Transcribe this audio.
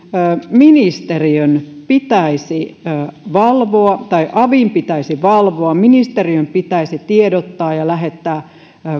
ministeriön pitäisi valvoa tai avin pitäisi valvoa ministeriön pitäisi tiedottaa ja lähettää